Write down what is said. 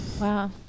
Wow